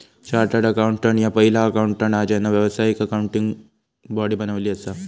chartered accountant ह्या पहिला accountant हा ज्यांना व्यावसायिक अकाउंटिंग बॉडी बनवली असा